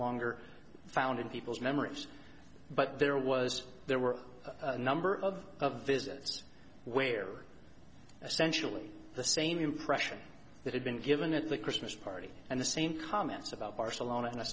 longer found in people's memories but there was there were a number of visits where essentially the same impression that had been given at the christmas party and the same comments about barcelona